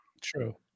true